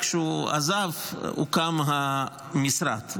רק כשהוא עזב הוקם המשרד,